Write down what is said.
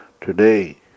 today